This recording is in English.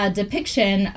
depiction